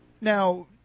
Now